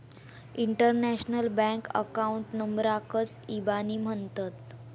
international bank account नंबराकच इबानी म्हणतत